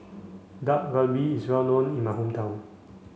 Dak Galbi is well known in my hometown